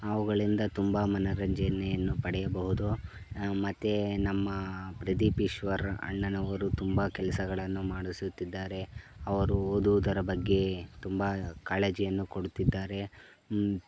ಅವುಗಳಿಂದ ತುಂಬ ಮನೋರಂಜನೆಯನ್ನು ಪಡೆಯಬೋದು ಮತ್ತು ನಮ್ಮ ಪ್ರದೀಪ್ ಈಶ್ವರ್ ಅಣ್ಣನವರು ತುಂಬ ಕೆಲಸಗಳನ್ನು ಮಾಡಿಸುತ್ತಿದ್ದಾರೆ ಅವರು ಓದುವುದರ ಬಗ್ಗೆ ತುಂಬ ಕಾಳಜಿಯನ್ನು ಕೊಡುತ್ತಿದ್ದಾರೆ